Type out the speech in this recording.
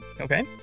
Okay